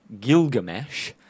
Gilgamesh